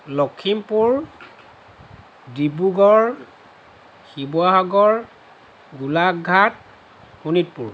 Lakhimpur Dibrugarh Sivasagar Golaghat Sonitpur